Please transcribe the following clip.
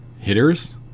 hitters